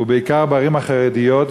ובעיקר בערים החרדיות,